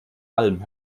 alm